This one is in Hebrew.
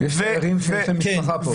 יש תיירים שיש להם פה משפחה.